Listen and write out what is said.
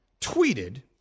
tweeted